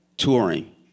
touring